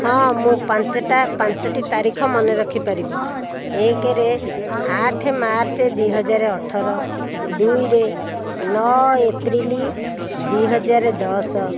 ହଁ ମୁଁ ପାଞ୍ଚଟା ପାଞ୍ଚୋଟି ତାରିଖ ମନେ ରଖି ପାରିବି ଏକରେ ଆଠ ମାର୍ଚ୍ଚ ଦୁଇହଜାର ଅଠର ଦୁଇରେ ନଅ ଏପ୍ରିଲ ଦୁଇହଜାର ଦଶ